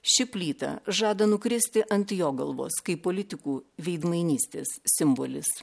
ši plyta žada nukristi ant jo galvos kaip politikų veidmainystės simbolis